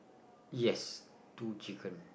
yes two chicken